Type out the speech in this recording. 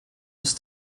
ist